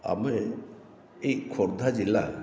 ଆମେ ଏହି ଖୋର୍ଦ୍ଧା ଜିଲ୍ଲା